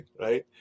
right